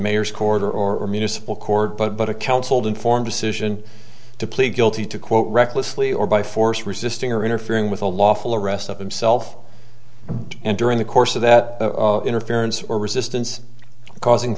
mayors corridor or municipal court but but a counseled informed decision to plead guilty to quote recklessly or by force resisting or interfering with a lawful arrest of himself and during the course of that interference or resistance causing